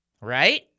right